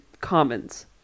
commons